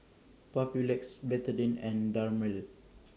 Papulex Betadine and Dermale